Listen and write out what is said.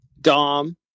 Dom